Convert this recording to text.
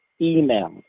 email